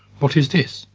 what is this?